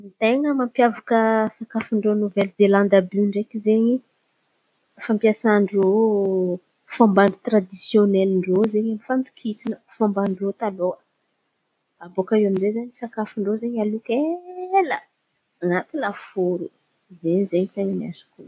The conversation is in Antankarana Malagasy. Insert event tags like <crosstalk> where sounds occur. Ten̈a mampiavaka sakafon-drô Novely Zelandy àby iô ndraiky izen̈y fampiasan-drô; fomba tiradisionelin-drô zen̈y fandokisan̈a; fomban-drô taloha. Abôka eo aminjay zen̈y sakafon-drô zen̈y aloky ela <hesitation> na amy lafôro zen̈y, zen̈y ten̈a masiro.